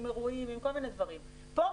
עם אירועים ועם כל מיני דברים אבל כאן